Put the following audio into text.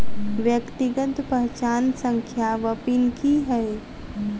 व्यक्तिगत पहचान संख्या वा पिन की है?